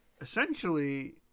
essentially